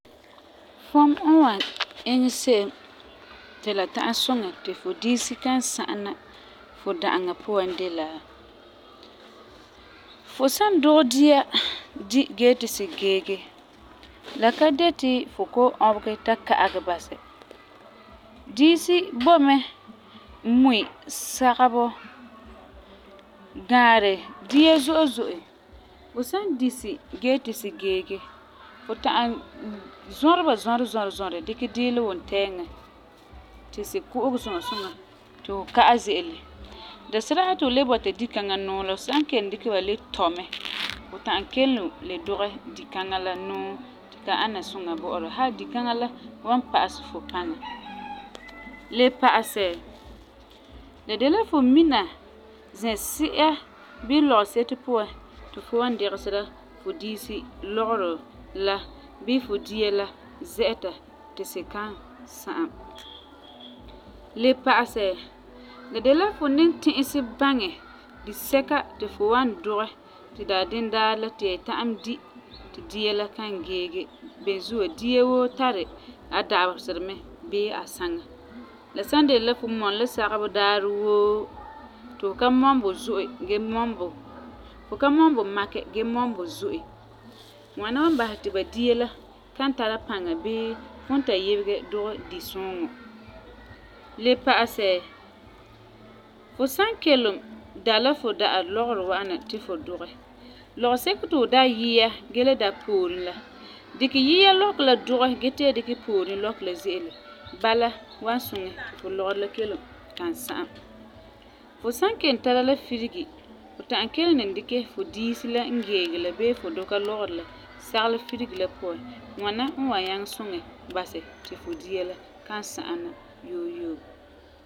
Fum n wan iŋɛ se'em ti la ta'am suŋɛ ti fu diisi kan sa'ana fu da'aŋa puan de la: Fu san dugɛ dia di gee ti si geege, la ka de ti fu kɔ'ɔm ɔbegɛ ta ka'ɛ basɛ. Diisi boi mɛ mui, sagebɔ, gaarɛ, dia zo'e zo'e. Fu san di si dee ti si geege, fu ta'am zɔreba zɔrezɔrɛ dikɛ diilɛ wuntɛɛŋa ti si ku'ugɛ suŋa suŋa ti fu ka'ɛ ze'ele. Dasedaarɛ ti fu le bɔta di kaŋa nuu la, fu san kelum dikɛ ba le tɔ' mɛ, fu ta'am kelum dikɛ ba le dugɛ dikaŋa la nuu ti ka ana suŋa bɔ'ɔra fu hali dikaŋa la wan pa'asɛ fu paŋa. Le pa'asɛ, la de la fu mina zɛsi'a bii lɔgeseto puan ti fu wan digesera fu diisi lɔgerɔ la bii fu dia la zɛ'ɛta ti si kan sa'am. Le pa'asɛ, la de la fu ni ti'isɛ baŋɛ disɛka ti fu wan dugɛ ti daandindaarɛ la ti ya ta'am di ti dia la kan geege. Beni zuo, dia woo tari a dabeserɛ mɛ bii a saŋa. La san dɛna la fu mɔm la sagebɔ daari woo, ti fu ka mɔm bu zo'e gee mɔm bu, ti fu ka mɔm bu makɛ gee mɔm bu zo'e, ŋwana wan basɛ ti bu dia la kan tara paŋa bii fum ta yibegɛ dugɛ disuuŋɔ. Le pa'asɛ, fu san kelum da la fu da'a lɔgerɔ wa'ana ti fu dugɛ, lɔgeseko ti fu da yia gee le da pooren la, dikɛ yia lɔkɔ la dugɛ gee tee dikɛ pooren lɔkɔ la ze'ele. Bala wan suŋɛ ti fu lɔgerɔ la kelum kan sa'am. Fu san kelum tara la firegi, fu ta'am kelum ni dikɛ fu diisi la n geege la bii fu duka lɔgerɔ la sagelɛ firegi la puan. Ŋwana n wan nyaŋɛ suŋɛ basɛ ti fu dia la kan sa'ana yoo yoo.